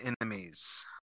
enemies